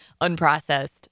unprocessed